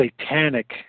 satanic